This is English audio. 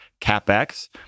capex